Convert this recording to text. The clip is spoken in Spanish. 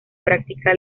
práctica